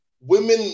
women